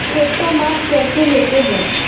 खेत का माप कैसे लेते हैं?